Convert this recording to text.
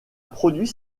produit